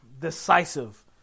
decisive